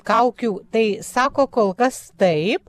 kaukių tai sako kol kas taip